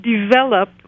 develop